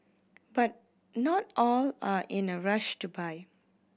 but not all are in a rush to buy